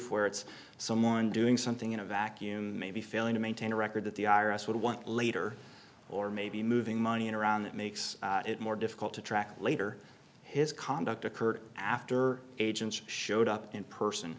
for it's someone doing something in a vacuum maybe failing to maintain a record that the i r s would want later or maybe moving money in around that makes it more difficult to track later his conduct occurred after agents showed up in person